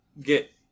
get